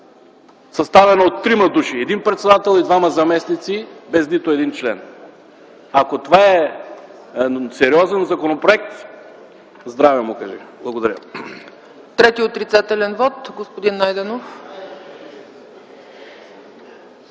съставена от трима души – един председател и двама заместници, без нито един член. Ако това е сериозен законопроект, здраве му кажи. Благодаря. ПРЕДСЕДАТЕЛ ЦЕЦКА ЦАЧЕВА: Трети отрицателен вот – господин Найденов.